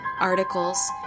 articles